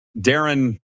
Darren